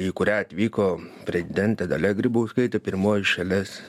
į kurią atvyko prezidentė dalia grybauskaitė pirmoji šalies